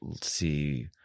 see